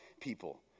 people